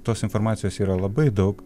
tos informacijos yra labai daug